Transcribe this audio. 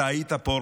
אתה היית פה,